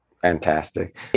Fantastic